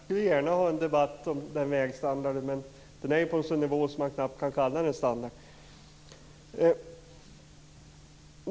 Herr talman! Jag vill gärna ha en debatt om den vägstandarden, men den är på en sådan nivå att man knappast kan kalla den för standard.